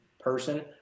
person